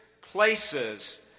places